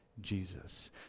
Jesus